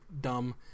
dumb